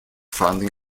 founding